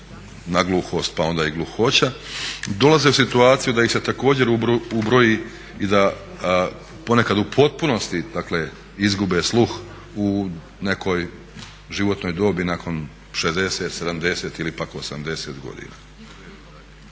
nagluhost pa onda i gluhoća, dolaze u situaciju da ih se također ubroji i da ponekad u potpunosti dakle izgube sluh u nekoj životnoj dobi nakon 60, 70 ili pak 80 godina.